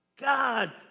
God